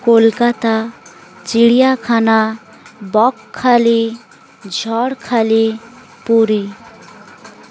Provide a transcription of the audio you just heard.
কলকাতা চিড়িয়াখানা বকখালি ঝড়খালি পুরী